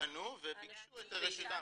וביקשו את השתתפותם.